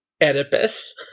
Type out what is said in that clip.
Oedipus